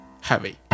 heavy